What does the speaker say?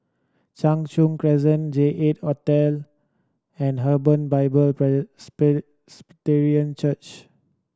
Cheng Soon Crescent J Eight Hotel and Hebron Bible Church